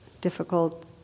difficult